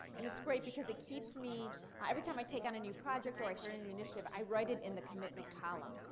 and it's great because it keeps me every time i take on a new project or i start a new initiative i write it in the commitment column.